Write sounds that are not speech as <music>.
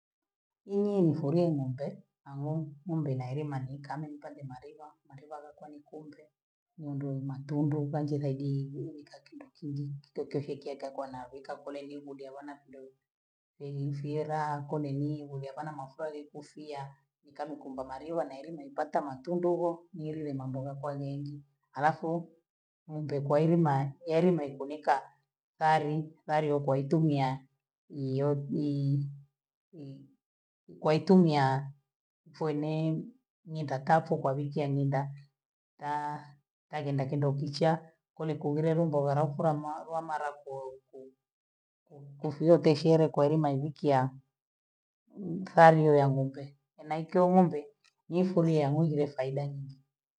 Ili nifurie ng'ombe, <hesitation> ng'ombe nailima nikami ntende maliva, maliva voko nikumbe, nindue matundu vanje kagii, vika kindo kingi kikiwa kifyekeake akwa mavika kole libudi awana fundoo, liinfyela kole ni kujaza mafoli kufia, nikamkumbuka maliwa na eli maipata matumbi ubho nilie na moroko vengi, halafu ungekuwa elima eli naifunika, sali sali naitumia <hesitation> iyo ii waitumia mfwe nee nindatacho kwa wiki anyenda ta kenda kindokichaa, kule kuililalumba walafula maa wamara ku- ku- kufuria teshele kwaelima wiki ya <hesitation> fahari wa ng'ombe, na ikiwa ng'ombe nimfulia nivile faida nyingi.